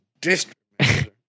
district